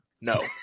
No